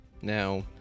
now